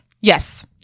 Yes